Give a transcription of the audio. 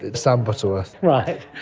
sam batour. right,